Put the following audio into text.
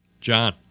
John